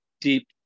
deep